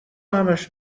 همش